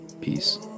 Peace